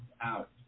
out